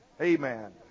Amen